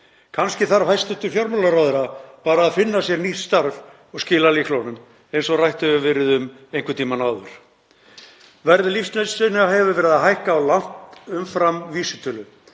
Kannski þarf hæstv. fjármálaráðherra bara að finna sér nýtt starf og skila lyklunum, eins og rætt hefur verið um einhvern tímann áður. Verð lífsnauðsynja hefur verið að hækka langt umfram vísitölu.